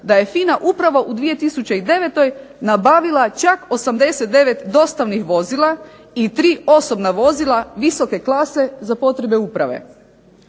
da je FINA upravo u 2009. nabavila čak 89 dostavnih vozila i 3 osobna vozila visoke klase za potrebe uprave.